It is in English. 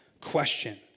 question